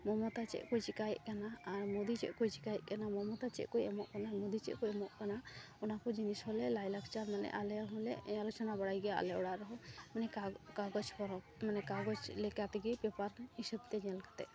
ᱢᱚᱢᱚᱛᱟ ᱪᱮᱫᱠᱚᱭ ᱪᱮᱠᱟᱭᱮᱫ ᱠᱟᱱᱟ ᱟᱨ ᱢᱳᱫᱤ ᱪᱮᱫᱠᱚᱭ ᱪᱮᱠᱟᱭᱮᱫ ᱠᱟᱱᱟ ᱢᱚᱢᱚᱛᱟ ᱪᱮᱫᱠᱚᱭ ᱮᱢᱚᱜ ᱠᱟᱱᱟ ᱢᱳᱫᱤ ᱪᱮᱫᱞᱚᱭ ᱮᱢᱚᱜ ᱠᱟᱱᱟ ᱚᱱᱟᱠᱚ ᱡᱤᱱᱤᱥᱦᱚᱸ ᱞᱮ ᱞᱟᱭᱼᱞᱟᱠᱪᱟᱨ ᱢᱟᱱᱮ ᱟᱞᱮᱦᱚᱸ ᱞᱮ ᱟᱞᱳᱪᱚᱱᱟᱼᱵᱟᱲᱟᱭ ᱜᱮᱭᱟ ᱟᱞᱮ ᱚᱲᱟᱜ ᱨᱮᱦᱚᱸ ᱢᱟᱱᱮ ᱠᱟᱜᱚᱡᱽ ᱯᱚᱨᱚᱵᱽ ᱢᱟᱱᱮ ᱞᱮᱠᱟᱛᱮᱜᱮ ᱯᱮᱯᱟᱨ ᱦᱤᱥᱟᱹᱵᱛᱮ ᱧᱮᱞ ᱠᱟᱛᱮᱫ